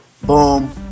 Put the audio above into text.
Boom